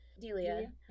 Delia